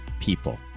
people